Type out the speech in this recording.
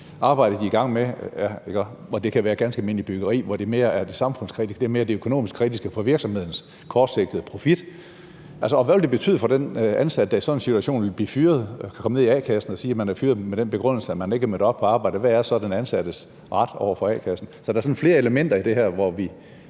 arbejde, de er i gang med, men hvor det kan dreje sig om ganske almindeligt byggeri, og hvor det mere gælder det økonomisk kritiske, altså virksomhedens kortsigtede profit, end det samfundskritiske? Og hvad vil det betyde for den ansatte, der i sådan en situation bliver fyret og kommer ned i a-kassen og siger, at man er blevet fyret med den begrundelse, at man ikke er mødt op på arbejde? Hvad er så den ansattes retsstilling over for a-kassen? Så der er flere elementer i det her, som vi